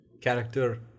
character